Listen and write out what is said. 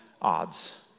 odds